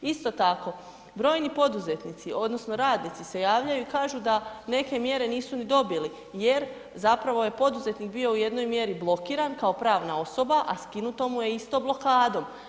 Isto tako, brojni poduzetnici odnosno radnici se javljaju i kažu da neke mjere nisu ni dobili jer zapravo je poduzetnik bio u jednoj mjeri blokiran kao pravna osoba, a skinuto mu je isto blokadom.